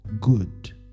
good